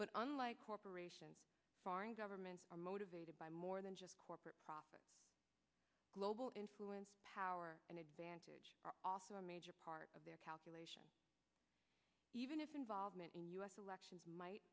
but unlike corporations foreign governments are motivated by more than just corporate profit global influence power and advantage are also a major part of their calculation even if involvement in u s elections might